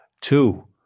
Two